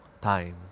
time